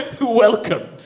Welcome